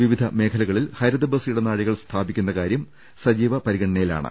വിവിധ മേഖലകളിൽ ഹരിത ബസ് ഇടനാഴികൾ സ്ഥാപിക്കുന്ന കാര്യം സജീവ പരിഗണനയിലാണ്